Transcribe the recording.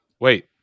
wait